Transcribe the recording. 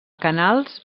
canals